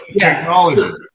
technology